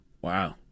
Wow